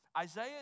Isaiah